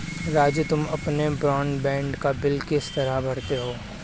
राजू तुम अपने ब्रॉडबैंड का बिल किस तरह भरते हो